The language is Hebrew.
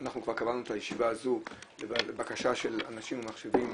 אנחנו כבר קבענו את הישיבה הזו לבקשה של 'אנשים ומחשבים',